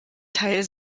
teil